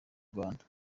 rwanda